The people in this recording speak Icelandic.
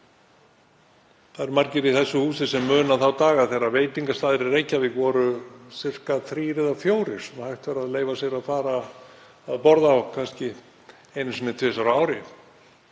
Það eru margir í þessu húsi sem muna þá daga þegar veitingastaðir í Reykjavík voru sirka þrír eða fjórir sem hægt var að leyfa sér að fara að borða á kannski einu sinni eða tvisvar á ári.